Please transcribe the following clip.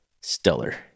stellar